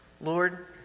Lord